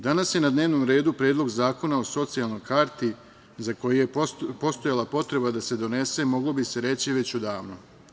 Danas je na dnevnom redu Predlog zakona o socijalnoj karti za koju je postojala potreba da se donese moglo bi se reći već odavno.